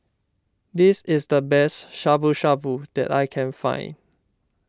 this is the best Shabu Shabu that I can find